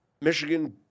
Michigan